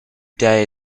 day